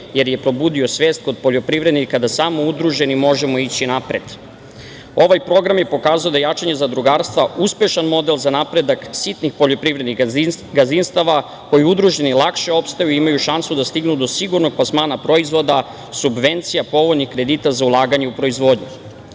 jer je probudio svest kod poljoprivrednika da samo udruženi možemo ići napred. Ovaj program je pokazao da jačanje zadrugarstva uspešan model za napredak sitnih poljoprivrednih gazdinstava, koji udruženi lakše opstaju i imaju šansu da stignu do sigurnog plasmana proizvoda, subvencija povoljnih kredita za ulaganje u proizvodnju.U